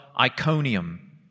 Iconium